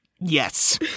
Yes